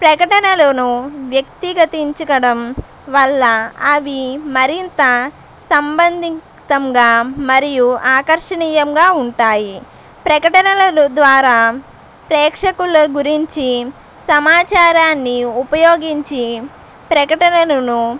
ప్రకటనలో వ్యక్తిగతించడం వల్ల అవి మరింత సంబంధితంగా మరియు ఆకర్షణీయంగా ఉంటాయి ప్రకటనలు ద్వారా ప్రేక్షకుల గురించి సమాచారాన్ని ఉపయోగించి ప్రకటనలను